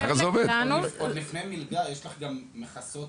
עוד לפני מלגה יש לך גם מכסות